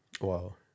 Wow